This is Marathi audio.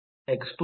तर हे कसे करावे